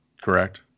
correct